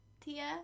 Tia